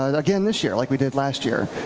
ah again this year like we did last year.